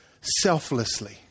selflessly